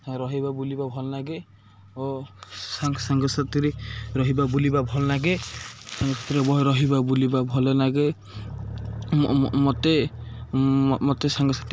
ରହିବା ବୁଲିବା ଭଲ ଲାଗେ ଓ ସାଙ୍ଗ ସାଙ୍ଗ ସାଥିରେ ରହିବା ବୁଲିବା ଭଲ ଲାଗେ ରହିବା ବୁଲିବା ଭଲ ଲାଗେ ମୋତେ ମୋତେ ସାଙ୍ଗସାଥି